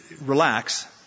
relax